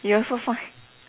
you also sign